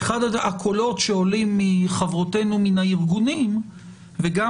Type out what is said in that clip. אחד הקולות שעולים מחברותינו מן הארגונים וגם,